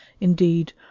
Indeed